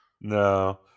no